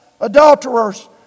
adulterers